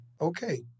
okay